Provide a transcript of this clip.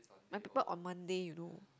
my paper on Monday you know